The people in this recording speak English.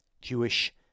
jewish